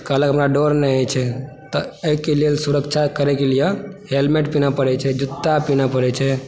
कहलक हमरा डर नहि होइ छै तऽ एहिके लेल सुरक्षा करयके लिए हेलमेट पिन्हय पड़ै छै जूता पिन्हय पड़ै छै